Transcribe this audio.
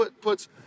puts